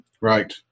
Right